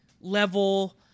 level